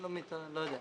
לא יודע.